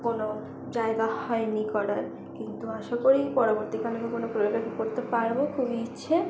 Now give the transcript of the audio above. কোনো জায়গা হয়নি করার কিন্তু আশা করি পরবর্তীকালে যে কোনো প্রোগ্রাম করতে পারব খুবই ইচ্ছে